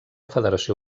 federació